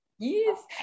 Yes